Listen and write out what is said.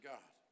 God